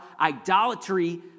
idolatry